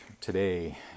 today